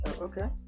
Okay